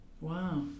wow